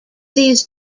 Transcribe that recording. these